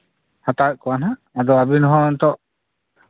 ᱦᱟᱛᱟᱣᱮᱫ ᱠᱚᱣᱟ ᱦᱟᱸᱜ ᱟᱫᱚ ᱟᱹᱵᱤᱱ ᱦᱚᱸ ᱱᱤᱛᱚᱜ